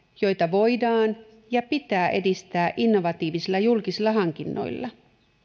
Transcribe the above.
joita voidaan ja joita pitää edistää innovatiivisilla julkisilla hankinnoilla